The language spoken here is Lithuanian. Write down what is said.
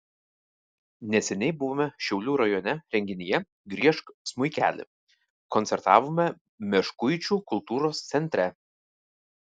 neseniai buvome šiaulių rajone renginyje griežk smuikeli koncertavome meškuičių kultūros centre